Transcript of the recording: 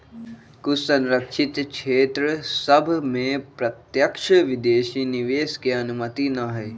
कुछ सँरक्षित क्षेत्र सभ में प्रत्यक्ष विदेशी निवेश के अनुमति न हइ